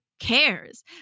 cares